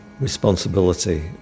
responsibility